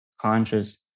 conscious